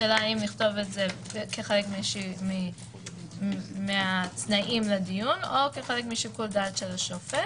השאלה אם לכתוב את זה כחלק מהתנאים לדיון או כחלק משיקול דעת השופט.